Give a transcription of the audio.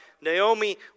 Naomi